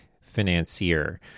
financier